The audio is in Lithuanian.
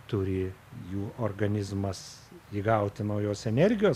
turi jų organizmas įgauti naujos energijos